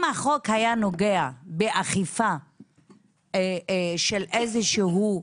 אם החוק היה נוגע באכיפה של איזה שהוא,